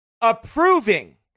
approving